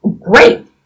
great